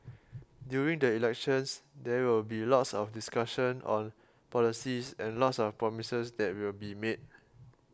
during the elections there will be lots of discussion on policies and lots of promises that will be made